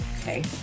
Okay